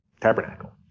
tabernacle